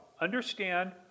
understand